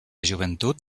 joventut